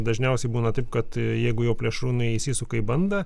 dažniausiai būna taip kad jeigu jau plėšrūnai įsisuka į bandą